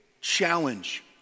challenge